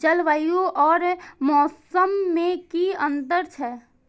जलवायु और मौसम में कि अंतर छै?